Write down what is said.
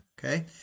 Okay